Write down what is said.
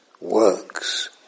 works